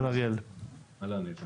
אנחנו